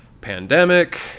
pandemic